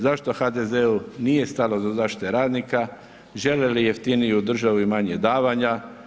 Zašto HDZ-u nije stalo do zaštite radnika, žele li jeftiniju državu i manje davanja?